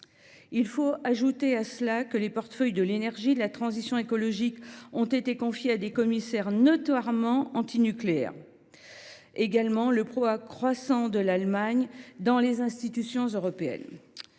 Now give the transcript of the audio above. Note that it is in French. Il faut ajouter à cela que les portefeuilles de l’énergie et de la transition écologique ont été confiés à des commissaires notoirement antinucléaires et que le poids de l’Allemagne dans les institutions européennes